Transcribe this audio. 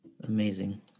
Amazing